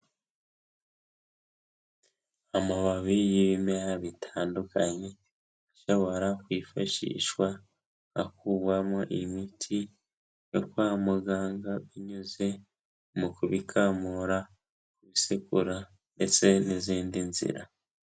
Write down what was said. Amababi y'ibimera bitandukanye, ashobora kwifashishwa hakurwamo imiti yo kwa muganga binyuze mu kubikamura, kubisekura, ndetse n'izindi nzira.